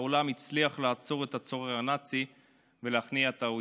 העולם הצליח לעצור את הצורר הנאצי ולהכניע את האויב.